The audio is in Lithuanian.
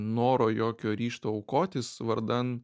noro jokio ryžto aukotis vardan